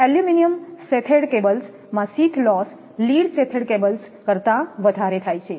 aluminium sheathed cables માં sheath loss lead sheathed cables કરતા વધારે થાય છે